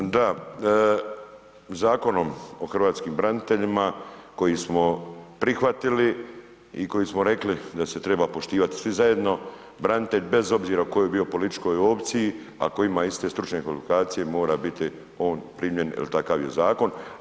Da, Zakonom o hrvatskim braniteljima koji smo prihvatili i koji smo rekli da se treba poštivat svi zajedno, branitelj bez obzira u kojoj je bio političkoj opciji ako ima iste stručne kvalifikacije mora biti on primljen jel takav je zakon.